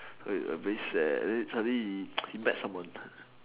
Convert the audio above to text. so he a bit sad then suddenly he he met someone